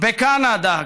בקנדה,